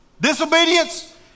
disobedience